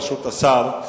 ברשות השר,